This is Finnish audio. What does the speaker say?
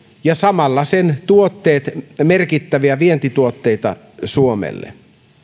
ja samalla sen tuotteet merkittäviä vientituotteita suomelle